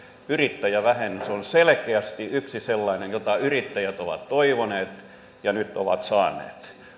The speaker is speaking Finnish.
yrittäjävähennys on selkeästi yksi sellainen jota yrittäjät ovat toivoneet ja nyt ovat saaneet